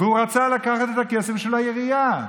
והוא רצה לקחת את הכסף בשביל העירייה.